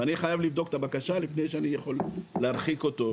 ואני חייב לבדוק את הבקשה לפני שאני יכול להרחיק אותו.